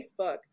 Facebook